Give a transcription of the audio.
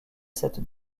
cette